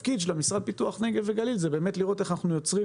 התפקיד של המשרד לפיתוח נגב וגליל זה באמת לראות איך אנחנו מייצרים